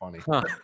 funny